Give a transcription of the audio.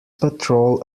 patrol